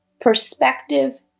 Perspective